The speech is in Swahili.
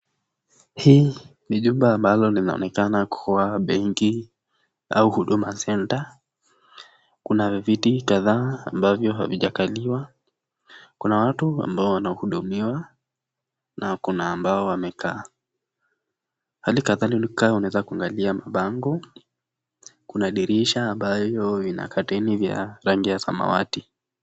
Hii ni jumba ambalo linaonekana kuwa benki au Huduma Centre . Kuna viti kadhaa ambavyo havijakaliwa. Kuna watu ambao wanahudumiwa na kuna ambao wamekaa. Hali kadhalika unaweza kuangalia bango. Kuna dirisha ambayo ina kateni ya rangi ya samawati.